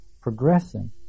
progressing